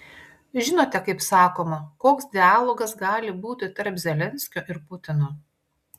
žinote kaip sakoma koks dialogas gali būti tarp zelenskio ir putino